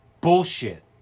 Bullshit